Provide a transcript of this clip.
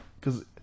Cause